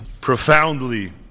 profoundly